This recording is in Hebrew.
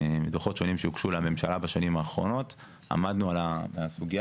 מדוחות שונים שהוגשו לממשלה בשנים האחרונות עמדנו על הסוגיה